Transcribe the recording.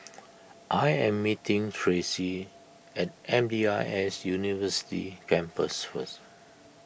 I am meeting Tracey at M D I S University Campus first